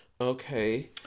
Okay